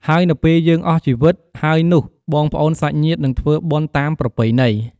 ហើយនៅពេលយើងអស់ជីវីតហើយនោះបងប្អួនសាច់ញាត្តិនិងធ្វើបុណ្យតាមប្រពៃណី។